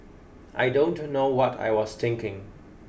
I don't know what I was thinking